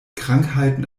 krankheiten